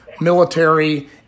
military